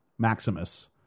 Maximus